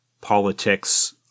politics